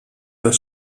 das